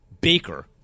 Baker